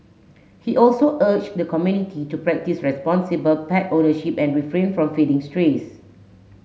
he also urged the community to practise responsible pet ownership and refrain from feeding strays